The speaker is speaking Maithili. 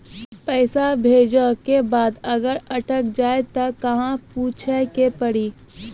पैसा भेजै के बाद अगर अटक जाए ता कहां पूछे के पड़ी?